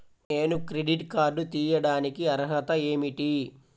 నేను credit card తీయడానికి అర్హత ఏమిటి?